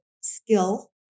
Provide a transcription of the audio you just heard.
skill